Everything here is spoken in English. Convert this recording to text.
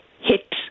hit